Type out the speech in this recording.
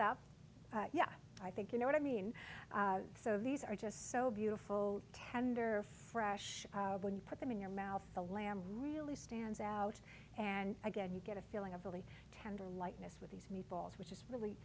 up yeah i think you know what i mean so these are just so beautiful tender fresh when you put them in your mouth the lamb really stands out and again you get a feeling of really tender lightness with these meatballs which is really